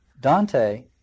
Dante